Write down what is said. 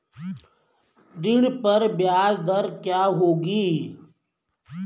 ऋण पर ब्याज दर क्या होगी?